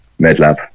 MedLab